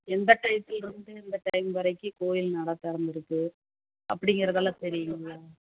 எந்த டையத்தில் இருந்து எந்த டைம் வரைக்கும் கோயில் நடை திறந்திருக்கும் அப்படிங்கிறதெல்லாம் தெரியுங்களா